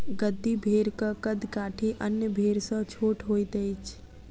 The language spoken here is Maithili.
गद्दी भेड़क कद काठी अन्य भेड़ सॅ छोट होइत अछि